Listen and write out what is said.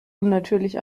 unnatürlich